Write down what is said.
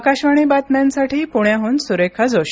आकाशवाणी बातम्यांसाठी पुण्याहून सुरेखा जोशी